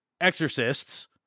exorcists